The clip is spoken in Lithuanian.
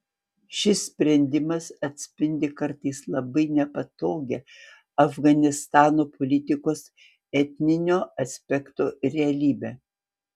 šis sprendimas atspindi kartais labai nepatogią afganistano politikos etninio aspekto realybę